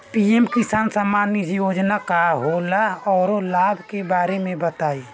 PM किसान सम्मान निधि योजना का होला औरो लाभ के बारे में बताई?